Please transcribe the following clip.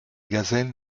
gazelles